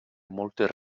moltes